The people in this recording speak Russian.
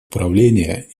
управления